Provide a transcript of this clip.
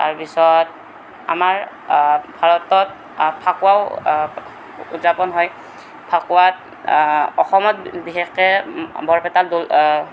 তাৰপিছত আমাৰ ভাৰতত ফাকুৱাও উদযাপন হয় ফাকুৱাত অসমত বিশেষকৈ বৰপেটাত দৌল